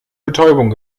betäubung